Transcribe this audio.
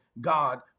God